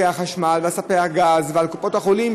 החשמל ועל ספקי הגז ועל קופות החולים,